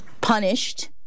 punished